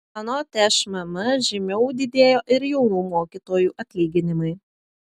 anot šmm žymiau didėjo ir jaunų mokytojų atlyginimai